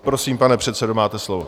Prosím, pane předsedo, máte slovo.